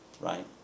right